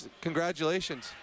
congratulations